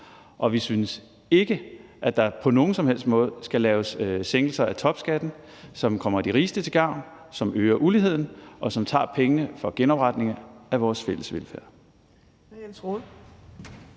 Og vi synes ikke, at der på nogen som helst måde skal laves sænkelser af topskatten, som kommer de rigeste til gavn, som øger uligheden, og som tager pengene fra genopretningen af vores fælles velfærd.